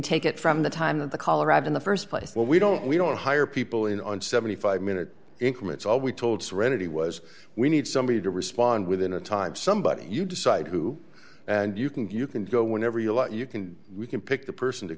take it from the time of the colorado in the st place where we don't we don't hire people in on seventy five minute increments all we told serenity was we need somebody to respond within a time somebody you decide who and you can you can go whenever you like you can we can pick the person to